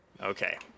Okay